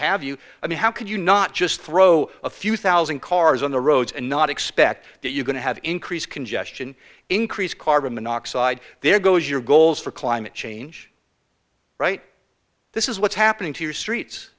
have you i mean how could you not just throw a few thousand cars on the roads and not expect that you're going to have increased congestion increased carbon monoxide there goes your goals for climate change right this is what's happening to streets